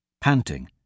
panting